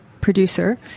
producer